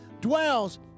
dwells